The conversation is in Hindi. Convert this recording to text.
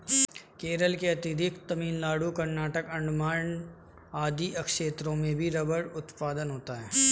केरल के अतिरिक्त तमिलनाडु, कर्नाटक, अण्डमान आदि क्षेत्रों में भी रबर उत्पादन होता है